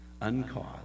uncaused